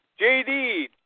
JD